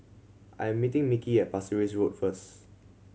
I am meeting Mickey at Pasir Ris Road first